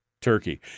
turkey